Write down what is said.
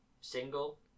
single